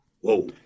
Whoa